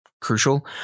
crucial